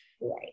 right